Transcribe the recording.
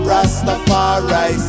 Rastafari